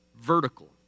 vertical